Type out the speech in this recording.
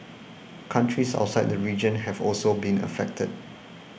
countries outside the region have also been affected